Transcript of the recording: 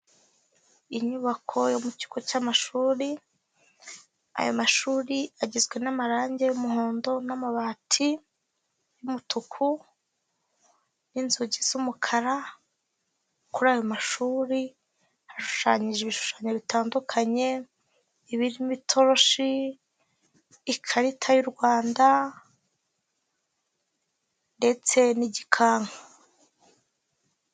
inyubako yo mu kigo cy'amashuri, aya mashuri igizwe n'amarangi y'umuhondo, n'amabati y'umutuku, n'inzugi z'umukara, kuri ayo mashuri hashushanyijwe ibishushanyo bitandukanye birimo Itoroshi, ikarita y'u rwanda ndetse n'igikanka.